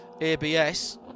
ABS